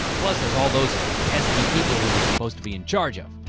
plus, there's all those pesky people who you're supposed to be in charge of.